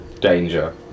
danger